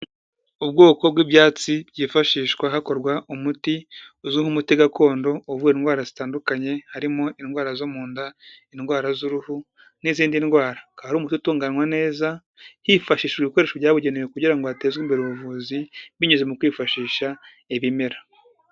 Ubwoko bw'ibyatsi byifashishwa hakorwa umuti uzwi nk'umuti gakondo, uvura indwara zitandukanye harimo indwara zo mu nda, indwara z'uruhu n'izindi ndwara. Akaba ari umuti utunganywa neza hifashishijwe ibikoresho byabugenewe kugira ngo hatezwe imbere ubuvuzi binyuze mu kwifashisha ibimera.